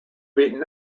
beaten